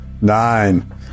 Nine